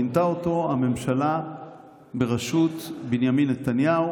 מינתה אותו הממשלה בראשות בנימין נתניהו